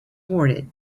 awarded